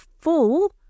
full